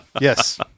Yes